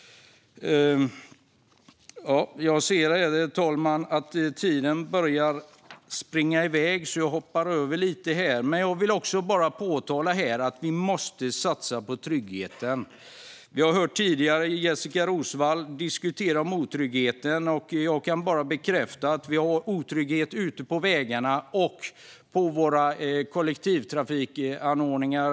Jag ser, herr talman, att tiden börjar springa iväg, så jag hoppar över lite. Men jag vill påpeka att vi måste satsa på tryggheten. Vi har tidigare hört Jessika Roswall diskutera otryggheten. Jag kan bara bekräfta att vi har otrygghet ute på vägarna och i våra kollektivtrafikanordningar.